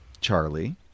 Charlie